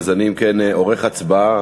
אם כן, אני עורך הצבעה